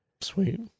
Sweet